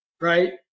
right